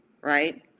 right